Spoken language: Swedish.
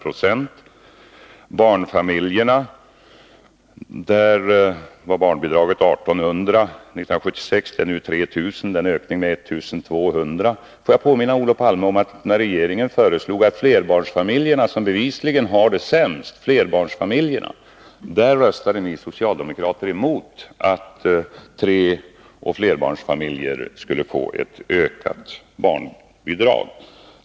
Beträffande barnfamiljerna var barnbidraget 1 800 kr. år 1976. Det är nu 3 000 kr. Det är en ökning med 1 200 kr. Och får jag påminna Olof Palme om att när det gäller flerbarnsfamiljerna, som bevisligen har det sämst, röstade ni socialdemokrater emot att familjer med tre eller flera barn skulle få ökat barnbidrag.